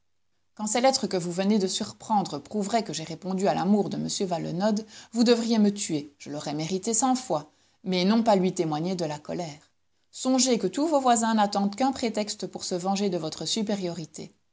quand ces lettres que vous venez de surprendre prouveraient que j'ai répondu à l'amour de m valenod vous devriez me tuer je l'aurais mérité cent fois mais non pas lui témoigner de la colère songez que tous vos voisins n'attendent qu'un prétexte pour se venger de votre supériorité